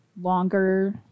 longer